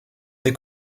des